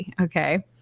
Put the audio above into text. okay